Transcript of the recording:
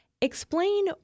Explain